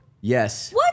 Yes